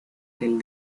del